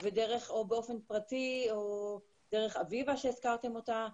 או באופן פרטי או דרך אביבה שהזכרתם אותה.